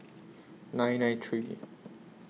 nine nine three